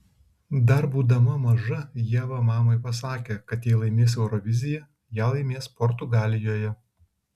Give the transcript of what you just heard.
dar būdama maža ieva mamai pasakė kad jei laimės euroviziją ją laimės portugalijoje